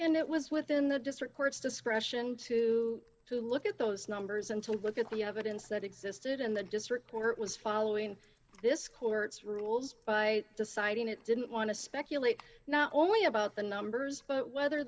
and it was within the district court's discretion to to look at those numbers and to look at the evidence that existed in the district court was following this court's rules by deciding it didn't want to speculate not only about the numbers but whether